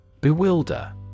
Bewilder